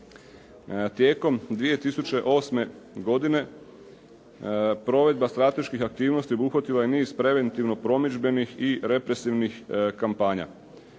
Tijekom 2008. godine provedba strateških aktivnosti obuhvatila je niz preventivno promidžbenih i represivnih kampanja.